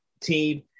team